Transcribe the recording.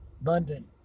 Abundant